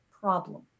problem